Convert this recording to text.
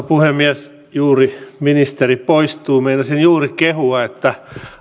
puhemies juuri ministerit poistuvat meinasin juuri kehua että